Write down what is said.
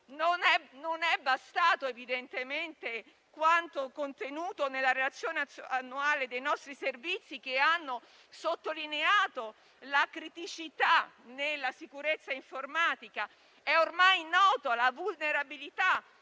non è bastato quanto contenuto nella relazione annuale dei nostri Servizi, in cui si è sottolineata la criticità nella sicurezza informatica. Sono ormai note la vulnerabilità